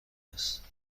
است